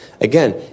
Again